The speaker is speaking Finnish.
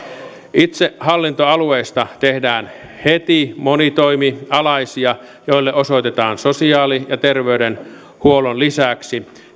itsehallintoalueista tehdään heti monitoimialaisia ja niille osoitetaan sosiaali ja terveydenhuollon lisäksi